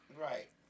right